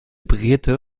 brigitte